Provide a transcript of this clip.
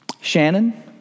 Shannon